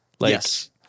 Yes